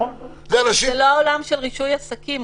זה לא העולם של רישוי עסקים.